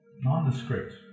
nondescript